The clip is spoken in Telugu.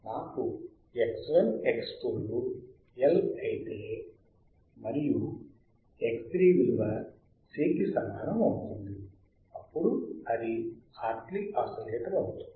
నాకు X1 X2 లు L అయితే మరియు X3 విలువ C కి సమానం అవుతుంది అప్పుడు అది హార్ట్లీ ఆసిలేటర్ అవుతుంది